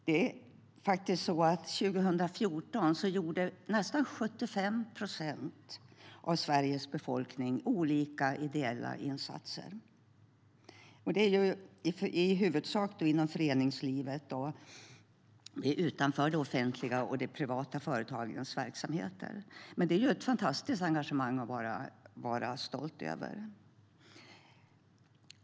År 2014 gjorde nästan 75 procent av Sveriges befolkning olika ideella insatser. I huvudsak sker det inom föreningslivet och utanför de offentliga och privata företagens verksamheter. Det är ett fantastiskt engagemang att vara stolt över.